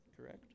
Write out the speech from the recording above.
correct